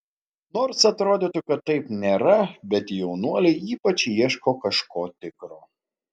nors atrodytų kad taip nėra bet jaunuoliai ypač ieško kažko tikro